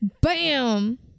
bam